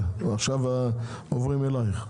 עוברים אליך.